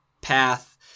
path